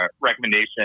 recommendation